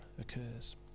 occurs